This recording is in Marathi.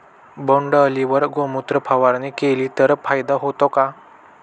बोंडअळीवर गोमूत्र फवारणी केली तर फायदा होतो का?